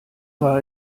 war